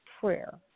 prayer